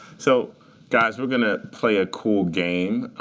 so guys, we're going to play a cool game,